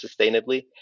sustainably